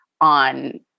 on